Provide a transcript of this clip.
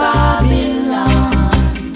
Babylon